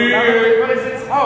מכובדי, למה אתה קורא לזה צחוק?